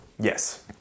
Yes